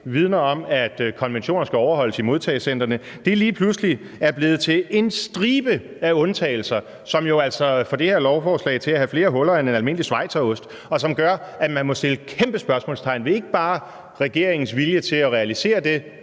vidner om, at konventionerne skal overholdes i modtagecentrene, lige pludselig er blevet til en stribe af undtagelser, som jo altså får det her lovforslag til at have flere huller end en almindelig schweizerost, og som gør, at man må sætte et kæmpe spørgsmålstegn ikke bare ved regeringens vilje til at realisere det,